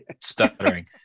stuttering